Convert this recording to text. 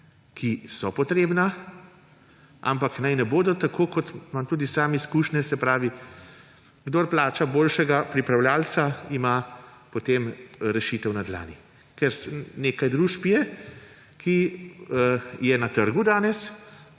ki so potrebna. Ampak naj ne bodo, tako kot imam tudi sam izkušnje – kdor plača boljšega pripravljavca, ima potem rešitev na dlani. Ker nekaj družb je, ki so na trgu danes